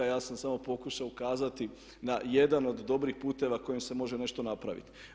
Ja sam samo pokušao ukazati na jedan od dobrih puteva kojim se može nešto napraviti.